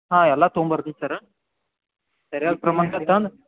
ಹಾಂ ಎಲ್ಲ ತಗೊಂಡು ಬರ್ತೀವಿ ಸರ್ ಸರಿಯಾಗಿ ಪ್ರಮಾಣ ತರ್ತಾನೆ